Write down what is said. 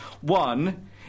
One